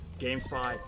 GameSpot